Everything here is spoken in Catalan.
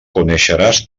coneixeràs